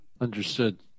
understood